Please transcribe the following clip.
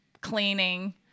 cleaning